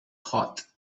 hot